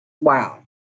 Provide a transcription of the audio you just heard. Wow